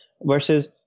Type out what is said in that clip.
versus